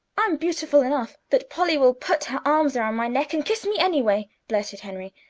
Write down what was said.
i'm beautiful enough that polly will put her arms around my neck and kiss me, anyway, blurted henry.